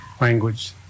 language